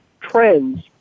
trends